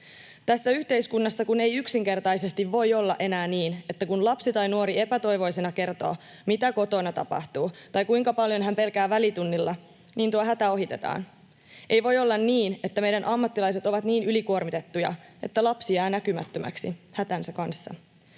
Tässä yhteiskunnassa ei yksinkertaisesti voi olla enää niin, että kun lapsi tai nuori epätoivoisena kertoo, mitä kotona tapahtuu tai kuinka paljon hän pelkää välitunnilla, niin tuo hätä ohitetaan. Ei voi olla niin, että meidän ammattilaiset ovat niin ylikuormitettuja, että lapsi jää näkymättömäksi hätänsä kanssa,